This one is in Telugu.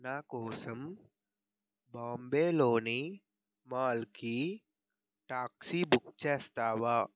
నాకోసం బాంబేలోని మాల్కి టాక్సీ బుక్ చేస్తావా